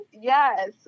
Yes